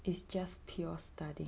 it's just pure studying